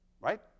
Right